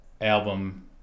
album